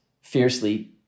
fiercely